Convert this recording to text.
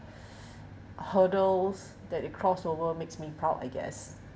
hurdles that they crossover makes me proud I guess